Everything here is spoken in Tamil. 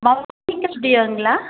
ஸ்டூடியோங்களா